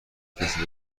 کسی